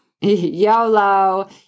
YOLO